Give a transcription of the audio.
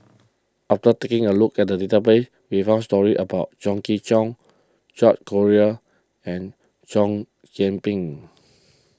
after taking a look at the database we found stories about Chong Kee Hiong George Collyer and Chow Yian Ping